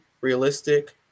realistic